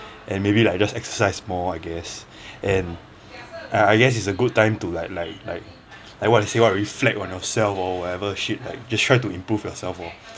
and maybe like just exercise more I guess and I I guess it's a good time to like like like what you said what reflect on yourself or whatever shit like just try to improve yourself lor